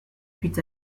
fut